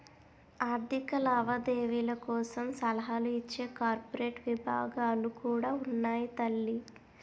ఆర్థిక లావాదేవీల కోసం సలహాలు ఇచ్చే కార్పొరేట్ విభాగాలు కూడా ఉన్నాయి తల్లీ